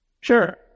sure